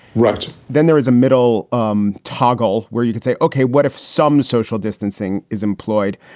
right. then there is a middle um toggle where you can say, ok, what if some social distancing is employed?